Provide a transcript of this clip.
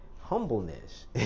humbleness